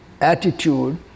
attitude